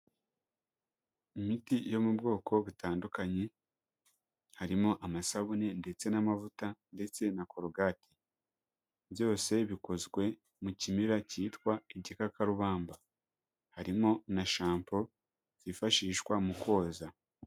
Imiti yo mu bwoko butandukanye harimo; amasabune ndetse n'amavuta ndetse na korogati, byose bikozwe mu kimira cyitwa igikakarubamba, harimo na nshampo zifashishwa mu koza.